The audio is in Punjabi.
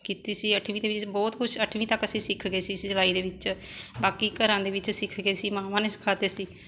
ਕੀਤੀ ਸੀ ਅੱਠਵੀਂ ਦੇ ਵਿੱਚ ਬਹੁਤ ਕੁਛ ਅੱਠਵੀਂ ਤੱਕ ਅਸੀਂ ਸਿੱਖ ਗਏ ਸੀ ਸਿਲਾਈ ਦੇ ਵਿੱਚ ਬਾਕੀ ਘਰਾਂ ਦੇ ਵਿੱਚ ਸਿੱਖ ਗਏ ਸੀ ਮਾਵਾਂ ਨੇ ਸਿਖਾਤੇ ਸੀ